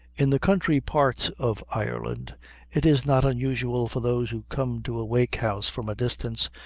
in the country parts of ireland it is not unusual for those who come to a wake-house from a distance,